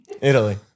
Italy